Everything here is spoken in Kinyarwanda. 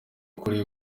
ukuri